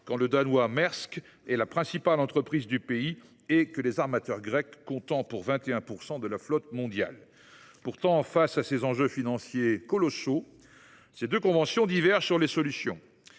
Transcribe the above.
quand Maersk est la principale entreprise du Danemark et que les armateurs grecs détiennent 21 % de la flotte mondiale. Pourtant, face à ces enjeux financiers colossaux, ces deux conventions divergent sur les solutions